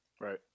Right